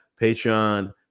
Patreon